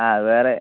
ആ വേറെ